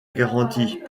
garantie